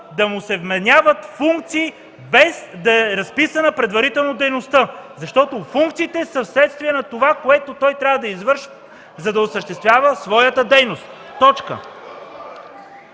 да му се вменяват функции, без да е разписана предварително дейността, защото функциите са следствие на това, което той трябва да извърши, за да осъществява своята дейност. (Силен